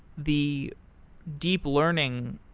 the deep learning,